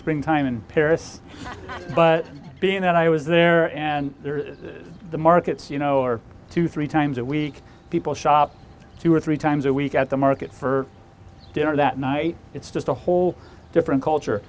springtime in paris but being that i was there and the markets you know are two three times a week people shop two or three times a week at the market for dinner that night it's just a whole different culture